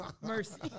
Mercy